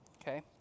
Okay